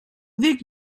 dic